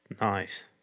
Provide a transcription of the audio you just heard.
Nice